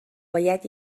باید